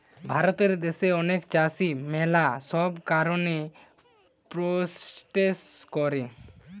ভারত দ্যাশে অনেক চাষী ম্যালা সব কারণে প্রোটেস্ট করে